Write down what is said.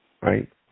right